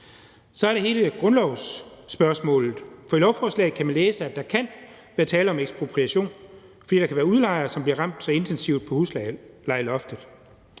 Så er der hele grundlovsspørgsmålet. I lovforslaget kan man læse, at der kan være tale om ekspropriation, fordi der kan være udlejere, som bliver ramt så intensivt på huslejeloftet.